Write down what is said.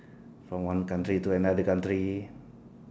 from one country to another country